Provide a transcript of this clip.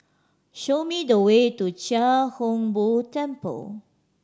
show me the way to Chia Hung Boo Temple